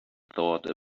thought